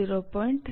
2 માં 0